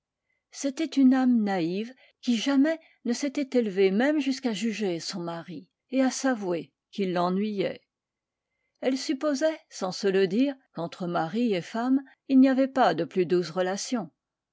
c'était une âme naïve qui jamais ne s'était élevée même jusqu'à juger son mari et à s'avouer qu'il l'ennuyait elle supposait sans se le dire qu'entre mari et femme il n'y avait pas de plus douces relations